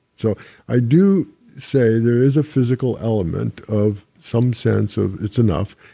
so i do say there is a physical element of some sense of, it's enough,